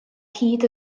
hyd